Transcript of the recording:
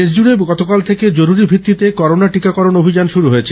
দেশ জুড়ে গতকাল থেকে জরুরী ভিত্তিতে করোনা টিকাকরণ অভিযান শুরু হয়েছে